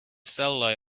solo